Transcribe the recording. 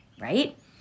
right